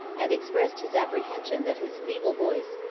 and expressed his apprehension, that his feeble voice,